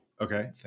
Okay